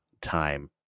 time